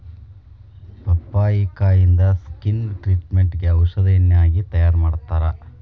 ಪಪ್ಪಾಯಿಕಾಯಿಂದ skin ಟ್ರಿಟ್ಮೇಟ್ಗ ಔಷಧಿಯನ್ನಾಗಿ ತಯಾರಮಾಡತ್ತಾರ